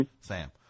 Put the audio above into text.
Sam